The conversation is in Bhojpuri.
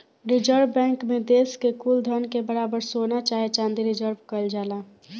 रिजर्व बैंक मे देश के कुल धन के बराबर सोना चाहे चाँदी रिजर्व केइल जाला